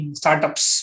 startups